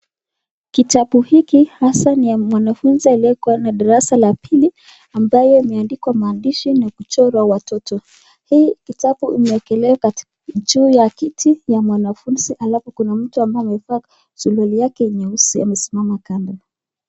Kitabu hiki hasa ni ya mwanafunzi aliyekuwa na darasa la pili ambayo imeandikwa maandishi na kuchorwa watoto. Hii kitabu imewekelewa katika juu ya kiti ya mwanafunzi halafu kuna mtu ambaye amevaa suruali yake nyeusi amesimama kando.